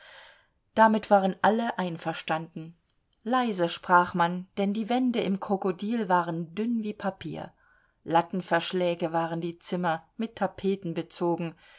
damit waren alle einverstanden leise sprach man denn die wände im krokodil waren dünn wie papier lattenverschläge waren die zimmer mit tapeten bezogen